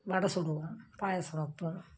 வடை சுடுவோம் பாயாசம் வைப்போம்